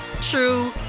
true